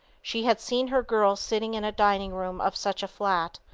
she had seen her girl sitting in a dining room of such a flat.